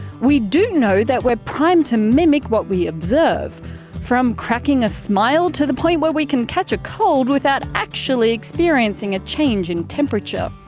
we do know that we're primed to mimic what we observe from cracking a smile to the point where we can catch a cold without actually experiencing a change in temperature.